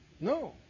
No